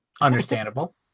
Understandable